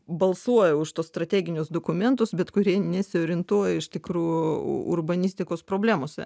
balsuoja už tuos strateginius dokumentus bet kurie nesiorientuoja iš tikrųjų urbanistikos problemose